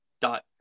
dot